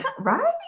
right